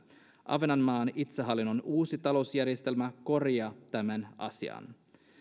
ahvenanmaan itsehallinnon uusi talousjärjestelmä korjaa tämän asian